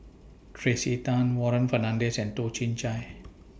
Tracey Tan Warren Fernandez and Toh Chin Chye